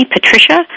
Patricia